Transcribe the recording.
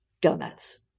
donuts